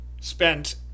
spent